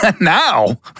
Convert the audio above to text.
Now